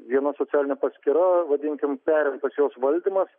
viena socialinė paskyra vadinkim perimtas jos valdymas